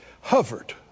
hovered